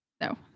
no